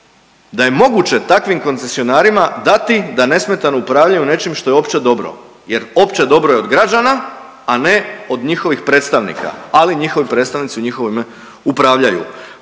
da je moguće takvim koncesionarima dati da nesmetano upravljaju nečim što je opće dobro jer opće dobro je od građana, a ne od njihovih predstavnika, ali njihovi predstavnici u njihovo ime upravljaju.